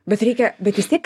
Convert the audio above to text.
bet reikia bet vis tiek